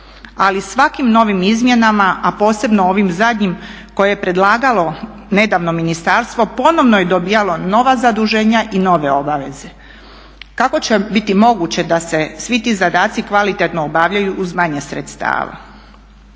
svakim novim izmjenama, a posebno ovim zadnjim koje je predlagalo nedavno ministarstvo ponovno je dobijalo nova zaduženja i nove obaveze. Kako će biti moguće da se svi ti zadaci kvalitetno obavljaju uz manje sredstava?